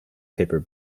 paper